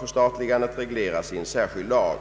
Förstatligandet regleras i en särskild lag.